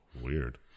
weird